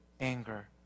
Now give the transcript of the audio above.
anger